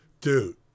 Dude